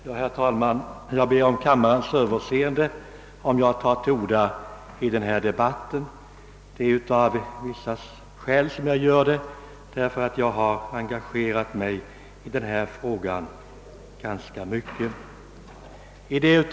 Herr talman! Jag ber om överseende för att jag tar till orda i denna debatt, men jag gör det därför att jag har engagerat mig i frågan.